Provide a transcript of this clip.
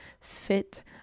fit